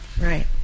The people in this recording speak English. Right